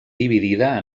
dividida